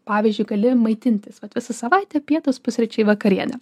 pavyzdžiui gali maitintis vat visą savaitę pietūs pusryčiai vakarienė